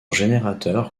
générateur